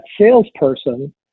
salesperson